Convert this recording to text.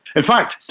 in fact,